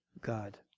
God